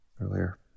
earlier